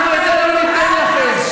אתה לא מבין כמה אתה גזען.